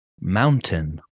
mountain